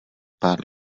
pár